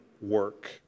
work